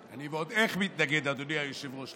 אני ועוד איך מתנגד, אדוני היושב-ראש.